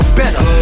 better